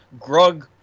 Grug